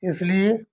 इसलिए